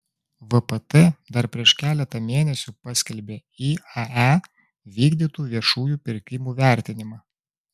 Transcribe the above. vpt dar prieš keletą mėnesių paskelbė iae vykdytų viešųjų pirkimų vertinimą